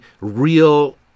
real